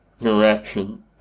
direction